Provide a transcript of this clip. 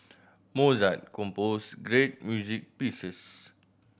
Mozart composed great music pieces